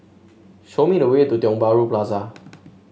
show me the way to Tiong Bahru Plaza